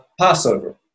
Passover